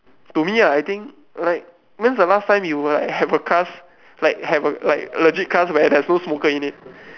to me ah I think like when's the last time you will like have a class like have a like a legit class that has no smoker in it